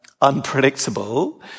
unpredictable